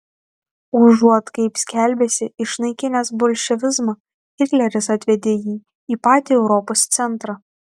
užuot kaip skelbėsi išnaikinęs bolševizmą hitleris atvedė jį į patį europos centrą